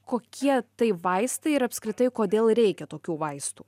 kokie tai vaistai ir apskritai kodėl reikia tokių vaistų